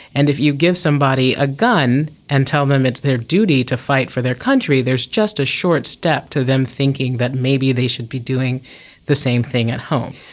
and if you give somebody a gun and tell them it's their duty to fight for their country, there's just a short step to them thinking that maybe they should be doing the same thing at home.